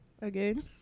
again